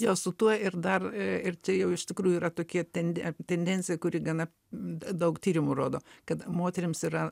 jo su tuo ir dar ir čia jau iš tikrųjų yra tokie tende tendencija kuri gana daug tyrimų rodo kad moterims yra